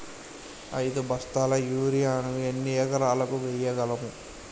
ఐదు బస్తాల యూరియా ను ఎన్ని ఎకరాలకు వేయగలము?